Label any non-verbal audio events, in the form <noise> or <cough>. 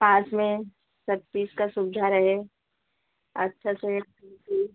पास में सब चीज का सुविधा रहे अच्छा से <unintelligible>